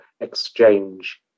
exchange